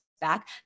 back